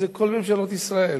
זה כל ממשלות ישראל.